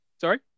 sorry